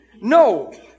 no